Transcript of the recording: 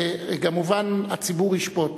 כמובן, הציבור ישפוט.